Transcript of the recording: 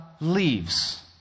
leaves